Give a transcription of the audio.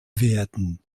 werden